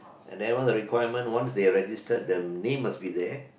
and then all the requirements once they are registered the name must be there